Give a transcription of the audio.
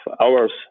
hours